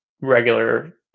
regular